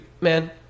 man